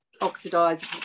oxidized